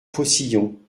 faucillon